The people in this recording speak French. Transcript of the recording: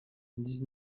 dix